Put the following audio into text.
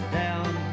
down